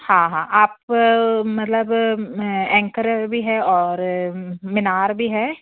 हाँ हाँ आप मतलब एंकर भी है और मिनार भी है